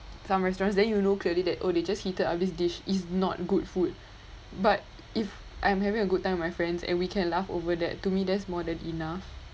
some restaurants then you know clearly that oh they just heated up this dish it's not good food but if I'm having a good time my friends and we can laugh over that to me that's more than enough